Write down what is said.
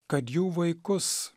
kad jų vaikus